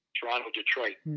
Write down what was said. Toronto-Detroit